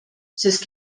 sest